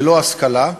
ללא השכלה,